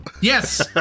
Yes